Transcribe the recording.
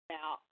Now